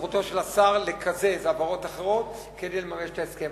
סמכותו של השר לקזז העברות אחרות כדי לממש את ההסכם.